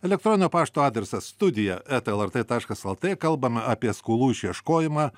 elektroninio pašto adresas studija eta lrt taškas lt kalbame apie skolų išieškojimą